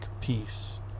peace